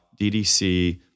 DDC